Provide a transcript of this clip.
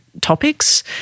topics